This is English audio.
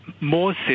more